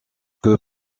que